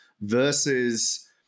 versus